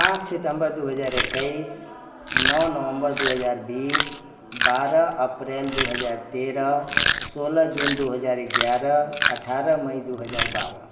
पाँच सितम्बर दू हजार एकैस नओ नवम्बर दू हजार बीस बारह अप्रिल दू हजार तेरह सोलह जून दू हजार एगारह अठारह मइ दू हजार बारह